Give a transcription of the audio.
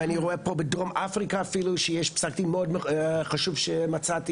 ואני רואה פה בדרום אפריקה אפילו שיש פסק דין מאוד חשוב שמצאתי,